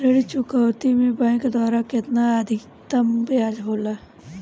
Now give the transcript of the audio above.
ऋण चुकौती में बैंक द्वारा केतना अधीक्तम ब्याज होला?